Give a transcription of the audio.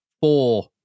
four